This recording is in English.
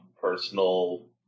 personal